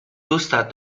دوستت